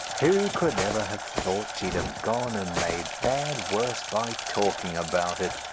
who could ever have thought she'd have gone and made bad worse by talking about it?